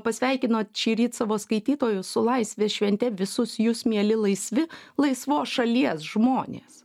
pasveikinot šįryt savo skaitytojus su laisvės švente visus jus mieli laisvi laisvos šalies žmonės